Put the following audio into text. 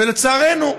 ולצערנו,